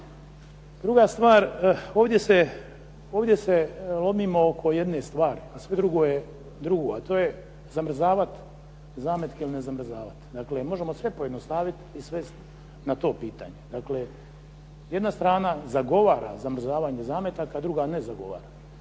Druga stvar. Ovdje se lomimo oko jedne stvari, a sve drugo je drugo, a to je zamrzavati zametke ili ne zamrzavati. Dakle možemo sve pojednostaviti i svesti na to pitanje. Dakle jedna strana zagovara zamrzavanje zametaka, druga ne zagovara.